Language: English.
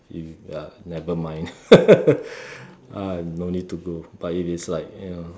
you ya never mind uh no need to go but if it's like you know